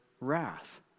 wrath